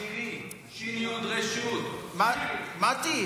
יש לי 20 דקות, נראה מה נספיק.